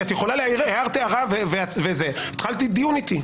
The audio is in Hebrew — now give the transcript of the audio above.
הערת הערה והתחלת דיון איתי.